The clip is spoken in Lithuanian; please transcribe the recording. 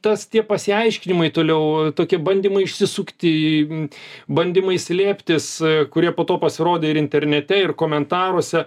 tas tie pasiaiškinimai toliau tokie bandymai išsisukti bandymai slėptis kurie po to pasirodė ir internete ir komentaruose